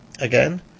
again